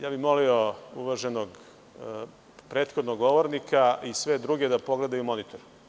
Ja bih molio uvaženog prethodnog govornika i sve druge da pogledaju u monitor.